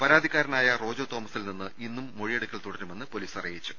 പരാതിക്കാരനായ റോജോ തോമസിൽ നിന്ന് ഇന്നും മൊഴിയെടുക്കൽ തുടരുമെന്ന് പൊലീസ് അറിയി ച്ചു